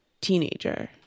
teenager